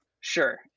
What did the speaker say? Sure